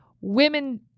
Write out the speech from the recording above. women